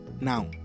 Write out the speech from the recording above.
Now